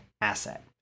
asset